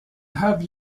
have